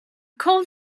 call